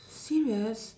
serious